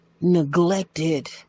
neglected